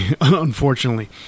unfortunately